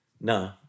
No